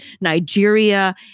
Nigeria